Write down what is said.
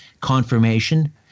*Confirmation*